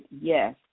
yes